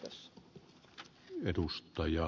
jos edustaja